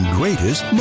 greatest